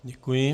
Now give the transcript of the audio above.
Děkuji.